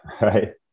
right